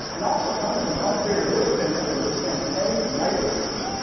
and also come with an upgrade ah wrist pin that will withstand heavy nitrous use.